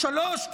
שלוש?